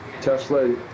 Tesla